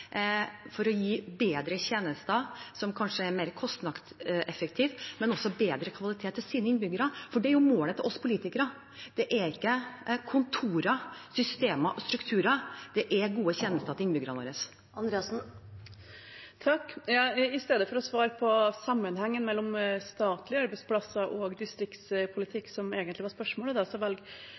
for å gi bedre tjenester, som kanskje er mer kostnadseffektivt, men også bedre kvalitet til sine innbyggere. Det er jo målet for oss politikere. Det er ikke kontorer, systemer og strukturer, det er gode tjenester til innbyggerne våre. I stedet for å svare på sammenhengen mellom statlige arbeidsplasser og distriktspolitikk, som egentlig var spørsmålet,